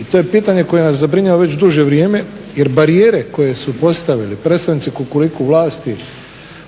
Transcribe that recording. I to je pitanje koje nas zabrinjava već duže vrijeme jer barijere koje su postavili predstavnici kukuriku vlasti